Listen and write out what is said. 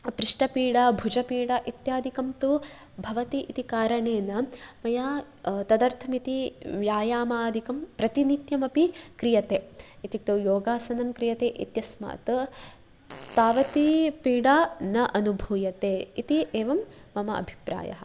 पृष्टपीडा भुजपीडा इत्यादिकं तु भवति इति कारणेन मया तदर्थमिति व्यायामादिकं प्रतिनित्यमपि क्रियते इत्युक्तौ योगासनं क्रियते इत्यस्मात् तावती पीडा न अनुभूयते इति एवं मम अभिप्रायः